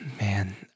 man